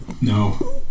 No